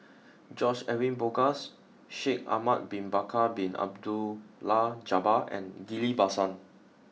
George Edwin Bogaars Shaikh Ahmad bin Bakar Bin Abdullah Jabbar and Ghillie Basan